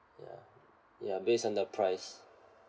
ya ya based on the price